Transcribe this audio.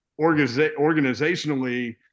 organizationally